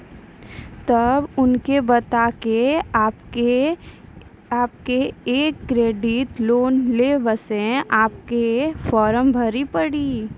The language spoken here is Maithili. तब उनके बता के आपके के एक क्रेडिट लोन ले बसे आपके के फॉर्म भरी पड़ी?